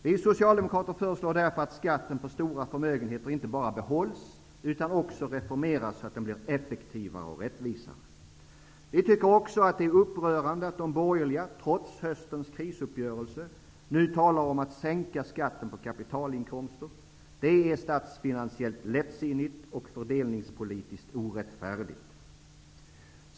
Vi socialdemokrater föreslår därför att skatten på stora förmögenheter inte bara behålls, utan också reformeras så att den blir effektivare och rättvisare. Vi tycker också att det är upprörande att de borgerliga, trots höstens krisuppgörelse, nu talar om att sänka skatten på kapitalinkomster. Det är statsfinansiellt lättsinnigt och fördelningspolitiskt orättfärdigt.